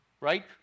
right